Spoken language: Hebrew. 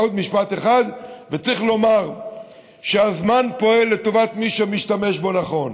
עוד משפט אחד: צריך לומר שהזמן פועל לטובת מי שמשתמש בו נכון,